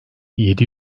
yedi